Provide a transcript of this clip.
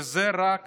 וזה רק